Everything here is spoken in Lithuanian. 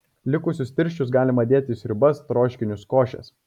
likusius tirščius galima dėti į sriubas troškinius košes